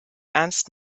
ernst